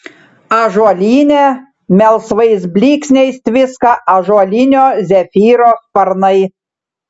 ąžuolyne melsvais blyksniais tviska ąžuolinio zefyro sparnai